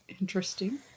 Interesting